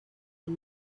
and